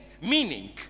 meaning